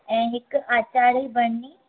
ऐं हिकु आचार जी बरनी